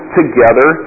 together